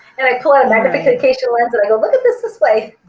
and i pull out a magnification lens i go look at this this way.